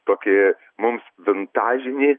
tokį mums vintažinį